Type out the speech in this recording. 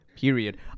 period